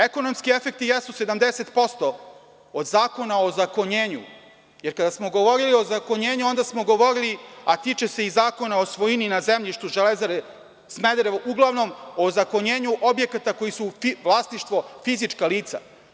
Ekonomski efekti jesu 70% od Zakona o ozakonjenju jer kada smo govorili o ozakonjenju, onda smo govorili, a tiče se i Zakona o svojini na zemljištu „Železare Smederevo“, uglavnom o ozakonjenju objekata koji su vlasništvo fizičkih lica.